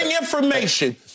information